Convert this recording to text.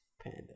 panda